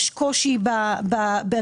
יש קושי בגיוסים,